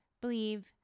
believe